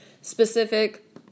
specific